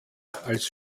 als